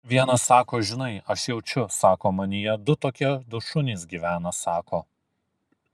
vienas sako žinai aš jaučiu sako manyje du tokie du šunys gyvena sako